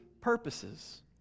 purposes